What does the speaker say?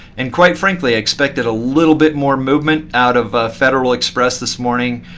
and quite frankly, i expected a little bit more movement out of federal express this morning.